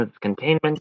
containment